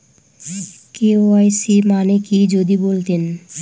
KYC মানে কি যদি বলতেন?